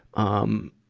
um,